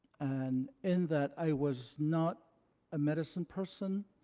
and in that, i was not a medicine person.